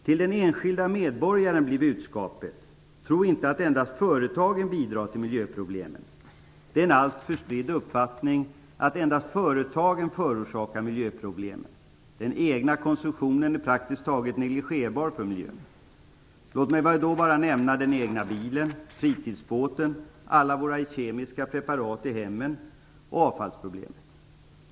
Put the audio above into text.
Till den enskilda medborgaren blir budskapet att man inte skall tro att det endast är företagen som bidrar till miljöproblemen. Det är en alltför spridd uppfattning att endast företagen förorsakar miljöproblemen och att den egna konsumtionen praktiskt taget är negligerbar för miljön. Låt mig då bara nämna den egna bilen, fritidsbåten, alla våra kemiska preparat i hemmen och avfallsproblemet.